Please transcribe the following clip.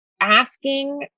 asking